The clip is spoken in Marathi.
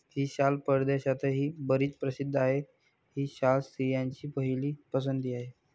ही शाल परदेशातही बरीच प्रसिद्ध आहे, ही शाल स्त्रियांची पहिली पसंती आहे